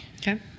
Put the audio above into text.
Okay